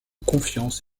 confiance